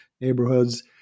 neighborhoods